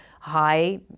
high